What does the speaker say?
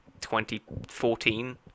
2014